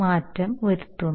മാറ്റം വരുത്തുന്നു